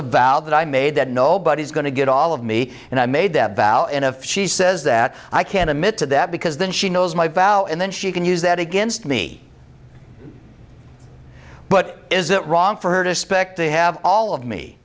vow that i made that nobody's going to get all of me and i made that vow and if she says that i can't admit to that because then she knows my vow and then she can use that against me but is it wrong for her to suspect they have all of me